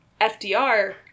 FDR